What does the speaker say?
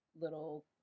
little